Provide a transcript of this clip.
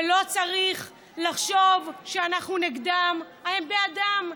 ולא צריך לחשוב שאנחנו נגדן, אנחנו בעדן.